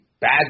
bad